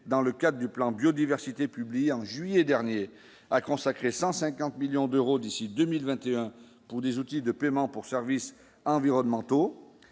dans le cadre du plan biodiversité publié en juillet dernier à consacrer 150 millions d'euros d'ici 2021 pour des outils de paiements pour services environnementaux